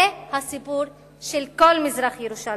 זה הסיפור של כל מזרח-ירושלים.